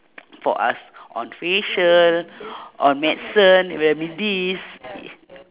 for us on facial or medicine remedies